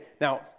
Now